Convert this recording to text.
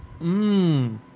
Mmm